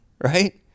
right